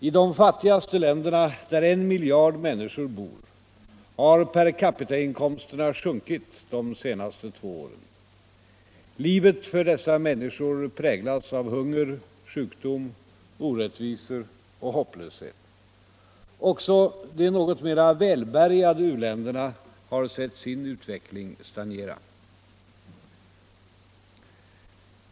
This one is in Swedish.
I de fattigaste länderna, där en miljard människor bor, har per capita-inkomsterna sjunkit de senaste två åren. Livet för dessa människor präglas av hunger, sjukdom, orättvisor och hopplöshet. Också de något mera välbärgade u-länderna har sett sin utveckling stagnera.